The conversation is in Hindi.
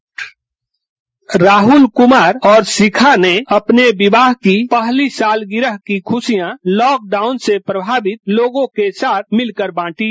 डिस्पैच राहुल कुमार और शिखा ने अपने विवाह की पहली सालगिरह की खुशियां लॉकडाउन से प्रभावित लोगों के साथ मिलकर बांटी